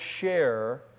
share